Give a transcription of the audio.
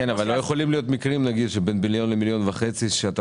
לא יכולים להיות מקרים בין מיליון שקל ל-1.5 מיליון שקל שאתה